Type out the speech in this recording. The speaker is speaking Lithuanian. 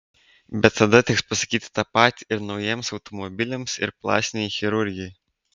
bet tada teks pasakyti tą patį ir naujiems automobiliams ir plastinei chirurgijai